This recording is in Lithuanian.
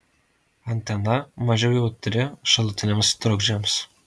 antena mažiau jautri šalutiniams trukdžiams